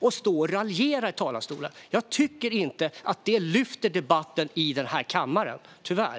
för att stå och raljera i talarstolen och tala om den frånvarande bostadsministern. Jag tycker inte att det lyfter debatten i denna kammare - tyvärr.